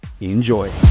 enjoy